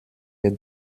der